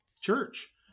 church